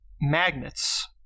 magnets